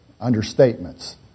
understatements